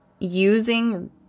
using